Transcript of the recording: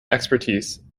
expertise